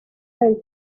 del